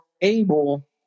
able